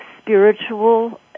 spiritual